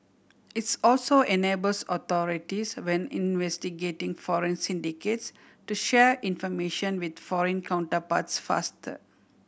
it's also enables authorities when investigating foreign syndicates to share information with foreign counterparts faster